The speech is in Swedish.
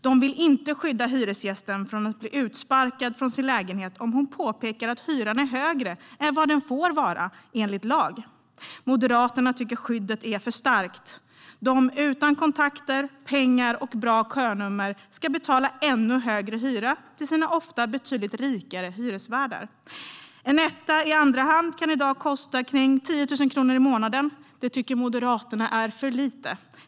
De vill inte skydda hyresgästen från att bli utsparkad från sin lägenhet om hon påpekar att hyran är högre än vad den får vara enligt lag. Moderaterna tycker att skyddet är för starkt. De utan kontakter, pengar och bra könummer ska betala ännu högre hyra till sina ofta betydligt rikare hyresvärdar. En etta i andra hand kan i dag kosta 10 000 kronor i månaden. Det tycker Moderaterna är för lite.